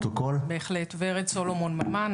ורד סולומון ממן,